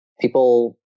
people